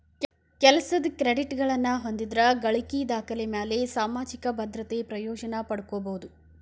ಕೆಲಸದ್ ಕ್ರೆಡಿಟ್ಗಳನ್ನ ಹೊಂದಿದ್ರ ಗಳಿಕಿ ದಾಖಲೆಮ್ಯಾಲೆ ಸಾಮಾಜಿಕ ಭದ್ರತೆ ಪ್ರಯೋಜನ ಪಡ್ಕೋಬೋದು